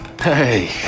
Hey